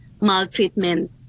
maltreatment